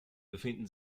befinden